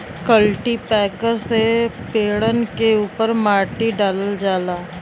cultipacker से पेड़न के उपर माटी डालल जाला